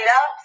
up